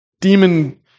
demon